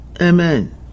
amen